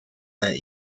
that